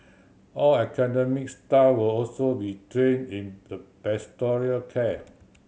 all academic staff will also be trained in pastoral care